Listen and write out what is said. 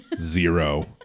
zero